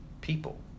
people